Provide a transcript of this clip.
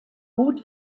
gut